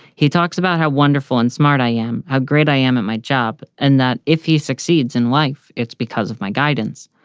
he talks about how wonderful and smart i am, how great i am at my job, and that if he succeeds in life, it's because of my guidance.